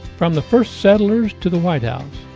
from the first settlers to the white house,